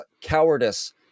cowardice